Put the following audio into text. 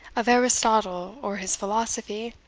of aristotle, or his philosophy,